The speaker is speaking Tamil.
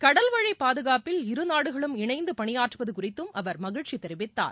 கடல்வழி பாதுகாப்பில் இருநாடுகளும் இணைந்து பணியாற்றுவது குறித்தும் அவர் மகிழ்ச்சி தெரிவித்தார்